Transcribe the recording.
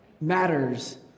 matters